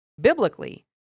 Biblically